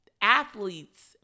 athletes